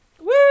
Woo